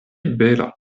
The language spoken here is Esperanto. bela